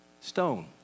Stone